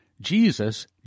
Jesus